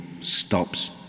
stops